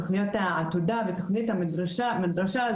תכניות העתודה ותכנית המדרשה,